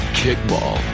kickball